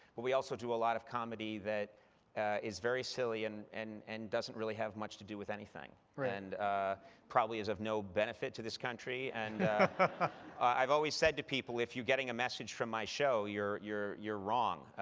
but we also do a lot of comedy that is very silly and and and doesn't really have much to do with anything, and probably is of no benefit to this country. and i've always said to people, if you're getting a message from my show, you're you're wrong.